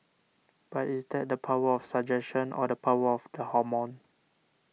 but is that the power of suggestion or the power of the hormone